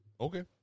Okay